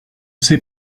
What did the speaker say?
sait